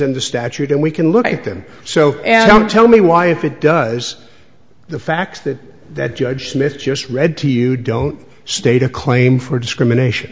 in the statute and we can look at them so and don't tell me why if it does the facts that that judge smith just read to you don't state a claim for discrimination